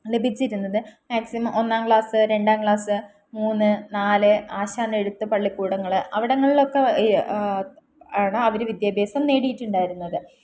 ലഭിച്ചിരുന്നത് maximum ഒന്നാം class രണ്ടാം class മൂന്ന് നാല് ആശാൻ്റെ എഴുത്തുപള്ളിക്കൂടങ്ങൾ അവിടങ്ങളിലൊക്കെ ആണ് അവർ വിദ്യാഭ്യാസം നേടിയിട്ടുണ്ടായിരുന്നത്